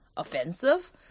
offensive